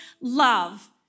love